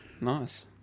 nice